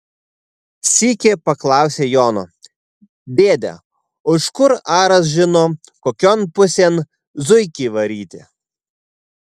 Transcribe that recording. sykį paklausė jono dėde o iš kur aras žino kokion pusėn zuikį varyti